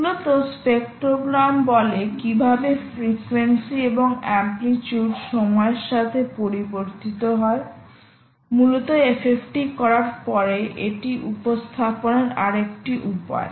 মূলত স্পেক্ট্রোগ্রাম বলে কিভাবে ফ্রিকোয়েন্সি এবং অ্যামপ্লিচিউড সময়ের সাথে পরিবর্তিত হয় মূলত FFT করার পরে এটি উপস্থাপনের আরেকটি উপায়